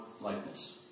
likeness